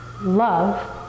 love